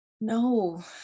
No